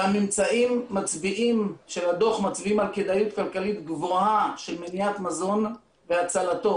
הממצאים של הדוח מצביעים על כדאיות כלכלית גבוהה של מניעת מזון והצלתו.